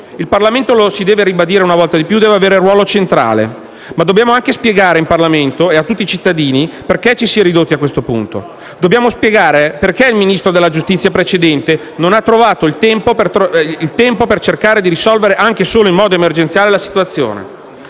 Il Parlamento - lo si deve ribadire una volta di più - deve avere un ruolo centrale. Tuttavia, dobbiamo anche spiegare in Parlamento e a tutti i cittadini perché ci si è ridotti a questo punto. Dobbiamo spiegare perché il Ministro della giustizia precedente non ha trovato il tempo per cercare di risolvere, anche solo in modo emergenziale, la situazione.